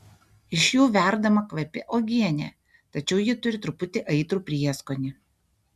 iš jų verdama kvapi uogienė tačiau ji turi truputį aitrų prieskonį